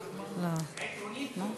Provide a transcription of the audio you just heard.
עקרונית לא.